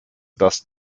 das